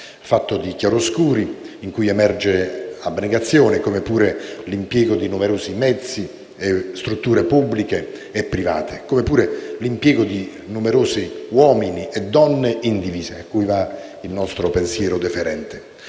fatto di chiaroscuri, in cui emerge abnegazione, come pure l'uso di numerosi mezzi e strutture pubbliche e private, come anche l'impiego di numerosi uomini e donne in divisa - cui va il nostro pensiero deferente